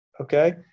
okay